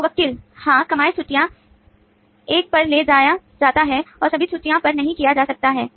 मुवक्किल हाँ कमाएँ छुट्टी एह पर ले जाया जाता है और सभी छुट्टियो पर नहीं किया जाता है